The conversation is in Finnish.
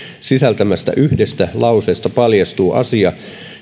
sisältämästä yhdestä lauseesta paljastuu asia